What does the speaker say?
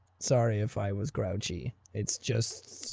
sorry if i was grouchy, it's juststttstt.